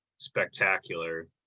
spectacular